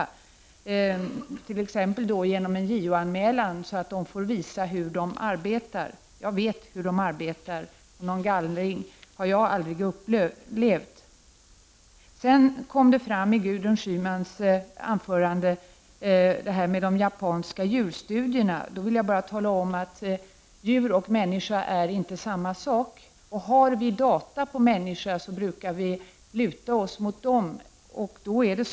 Om t.ex. en JO-anmälan görs kan myndigheten visa hur den arbetar. Jag vet hur myndigheten arbetar, och någon gallring har jag aldrig upplevt. Gudrun Schyman talade också om de japanska djurstudierna. Jag vill bara säga att djur och människor inte är samma sak, och om vi har data som gäller människor brukar vi så att säga luta oss mot dem.